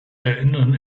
erinnern